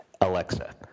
Alexa